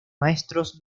maestros